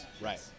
Right